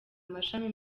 amashami